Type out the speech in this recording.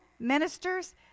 Ministers